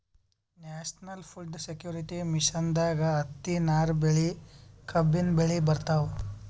national food security ಮಿಷನ್ದಾಗ್ ಹತ್ತಿ, ನಾರ್ ಬೆಳಿ, ಕಬ್ಬಿನ್ ಬೆಳಿ ಬರ್ತವ್